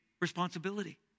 responsibility